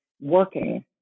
working